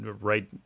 right